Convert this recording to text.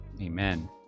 Amen